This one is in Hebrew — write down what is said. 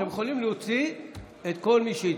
אתם יכולים להוציא את כל מי שהצביע.